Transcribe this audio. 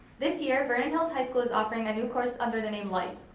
this year, vernon hills high school is offering a new course under the name life.